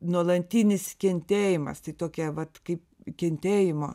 nuolatinis kentėjimas tai tokia vat kaip kentėjimo